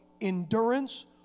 endurance